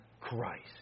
Christ